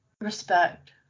Respect